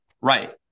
Right